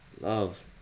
Love